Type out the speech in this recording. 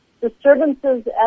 Disturbances